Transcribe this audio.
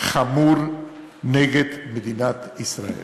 חמור נגד מדינת ישראל.